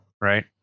Right